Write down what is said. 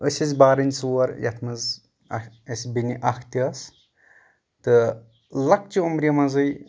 أسۍ ٲسۍ بارِن ژور یتھ منٛز اسہِ بیٚنہِ اکھ تہِ ٲسۍ تہٕ لکچہِ عُمرِ منٛزٕے